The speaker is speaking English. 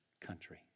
country